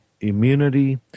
immunity